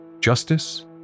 justice